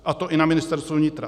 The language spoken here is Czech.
A to i na Ministerstvu vnitra.